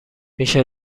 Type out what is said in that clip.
میشه